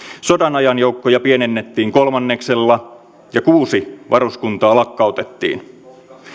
sodanajan joukkoja pienennettiin kolmanneksella ja kuusi varuskuntaa lakkautettiin